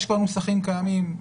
יש נוסחים קיימים.